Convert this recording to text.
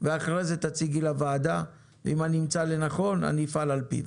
ואחרי זה תציגי לוועדה ואם אני אמצא לנכון אני אפעל על פיו,